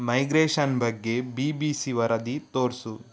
migration ಬಗ್ಗೆ B B C ವರದಿ ತೋರಿಸು